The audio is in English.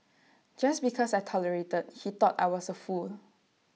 just because I tolerated he thought I was A fool